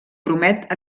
promet